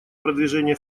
продвижения